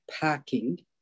packing